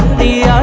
the